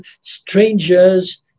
Strangers